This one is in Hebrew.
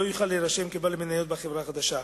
לא יוכל להירשם כבעל מניות בחברה חדשה.